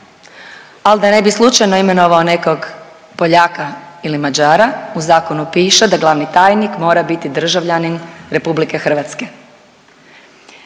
ali da ne bi slučajno imenovao nekog poljaka ili Mađara u zakonu piše da glavni tajnik mora biti državljanin Republike Hrvatske.